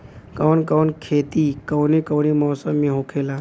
कवन कवन खेती कउने कउने मौसम में होखेला?